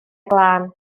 glân